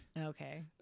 Okay